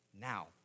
now